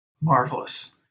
Marvelous